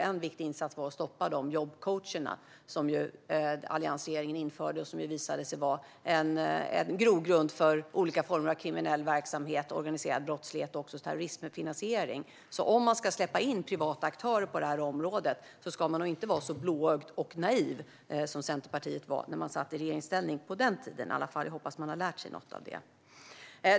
En viktig insats var att stoppa de jobbcoacher som alliansregeringen införde och som visade sig vara en grogrund för olika former av kriminell verksamhet, organiserad brottslighet och terrorismfinansiering. Om man ska släppa in privata aktörer på det här området ska man nog inte vara så blåögd och naiv som Centerpartiet var när man satt i regeringsställning på den tiden. Jag hoppas att man har lärt sig något av det.